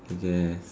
I guess